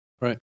Right